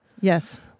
Yes